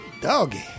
doggy